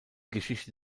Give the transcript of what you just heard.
geschichte